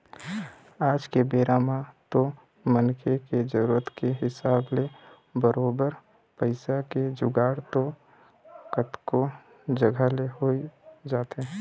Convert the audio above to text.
आज के बेरा म तो मनखे के जरुरत के हिसाब ले बरोबर पइसा के जुगाड़ तो कतको जघा ले होइ जाथे